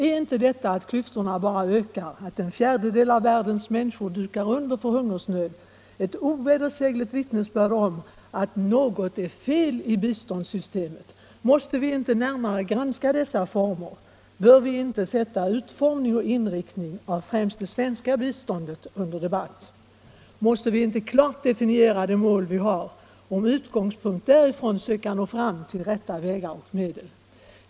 Är inte detta att klyftorna bara ökar, att en fjärdedel av världens människor dukar under för hungersnöd, ett ovedersägligt vittnesbörd om att något är fel i biståndssystemet? Måste vi inte närmare granska dess former? Bör vi inte sätta utformning och inriktning av främst det svenska biståndet under debatt? Måste vi inte klart definiera de mål vi har och med utgångspunkt därifrån söka nå fram till rätta vägar och medel?